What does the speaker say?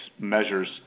measures